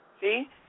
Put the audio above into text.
See